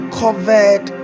covered